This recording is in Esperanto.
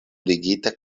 ligita